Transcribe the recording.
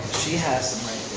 she has them right